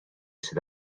sydd